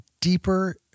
deeper